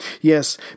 Yes